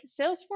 Salesforce